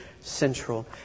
central